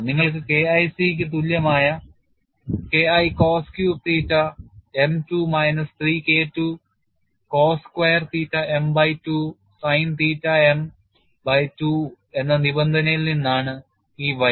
നിങ്ങൾക്ക് K IC തുല്യമായ K I cos cube theta m 2 minus 3 K II cos square theta m by 2 sin theta m by 2 എന്ന നിബന്ധനയിൽ നിന്നാണ് ഈ വരി